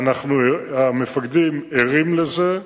והמפקדים ערים לזה,